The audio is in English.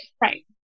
right